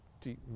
deep